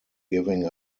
giving